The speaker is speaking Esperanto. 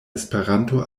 esperanto